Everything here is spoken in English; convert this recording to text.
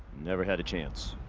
never had a chance.